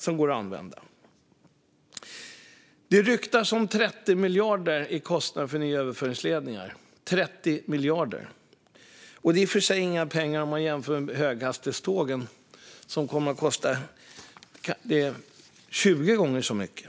Det ryktas om kostnader på 30 miljarder kronor för nya överföringsledningar. Det är i och för sig inga pengar om man jämför med höghastighetstågen som kommer att kosta 20 gånger så mycket.